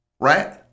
right